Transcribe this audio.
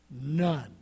none